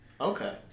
Okay